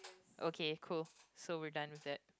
okay cool so we're done with it